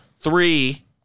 three